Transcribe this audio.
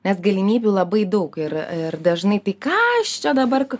nes galimybių labai daug ir ir dažnai tai kas čia dabar